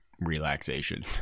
relaxation